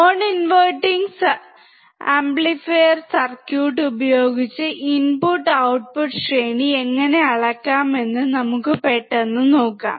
noninverting amplifier circuit ഉപയോഗിച്ച് input output ശ്രേണി എങ്ങനെ അളക്കാമെന്ന് നമുക്ക് പെട്ടെന്ന് നോക്കാം